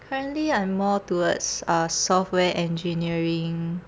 currently I'm more towards uh software engineering